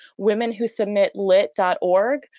womenwhosubmitlit.org